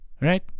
Right